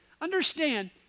Understand